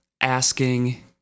asking